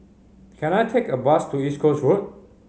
can I take a bus to East Coast Road